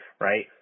right